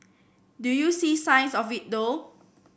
do you see signs of it though